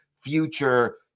future